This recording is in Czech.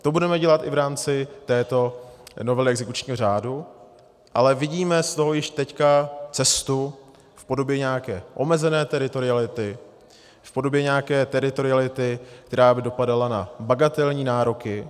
To budeme dělat i v rámci této novely exekučního řádu, ale vidíme z toho již teď cestu v podobě nějaké omezené teritoriality, v podobě nějaké teritoriality, která by dopadala na bagatelní nároky.